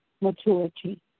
maturity